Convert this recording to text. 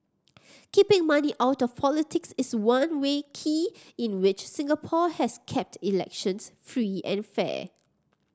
keeping money out of politics is one way key in which Singapore has kept elections free and fair